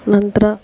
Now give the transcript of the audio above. ನಂತರ